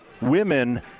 women